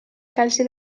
calci